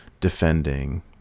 defending